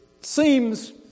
seems